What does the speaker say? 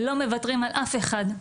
"לא מוותרים על אף אחד",